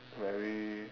very